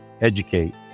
educate